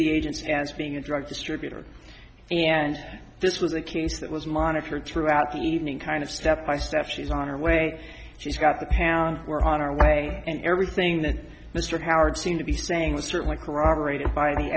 the agents as being a drug distributor and this was a case that was monitored throughout the evening kind of step by step she's on her way she's got the pan we're on our way and everything that mr howard seemed to be saying was certainly corroborated by the